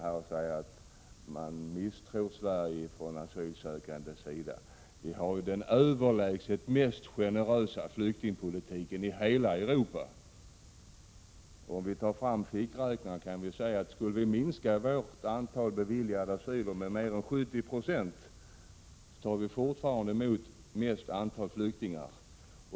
Det sägs att man misstror Sverige från de asylsökandes sida. Men vi har ju den överlägset mest generösa flyktingpolitiken i hela Europa! Om vi tar fram fickräknaren kan vi se, att om vi skulle minska antalet beviljade asylansökningar med 70 9, tar vi fortfarande mot flest flyktingar.